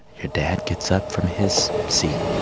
your dad gets up from his seat,